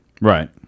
Right